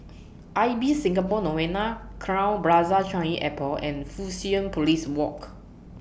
Ibis Singapore Novena Crowne Plaza Changi Airport and Fusionopolis Walk